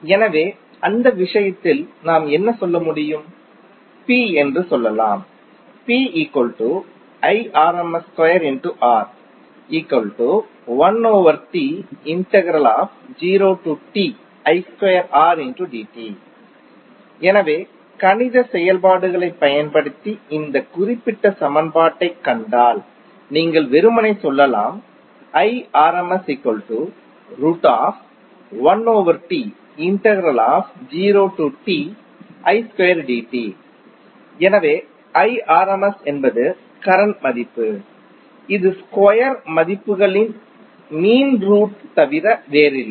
எனவே அந்த விஷயத்தில் நாம் என்ன சொல்ல முடியும் P என்று சொல்லலாம் எனவே கணித செயல்பாடுகளைப் பயன்படுத்தி இந்த குறிப்பிட்ட சமன்பாட்டைக் கண்டால் நீங்கள் வெறுமனே சொல்லலாம் எனவே என்பது கரண்ட் மதிப்பு இது ஸ்கொயர் மதிப்புகளின் மீனின் ரூட் தவிர வேறில்லை